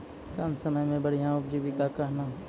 कम समय मे बढ़िया उपजीविका कहना?